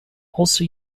also